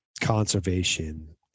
conservation